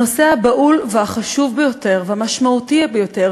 הנושא הבהול והחשוב ביותר והמשמעותי ביותר